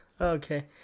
Okay